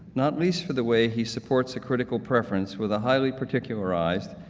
not least for the way he supports a critical preference with a highly particularized,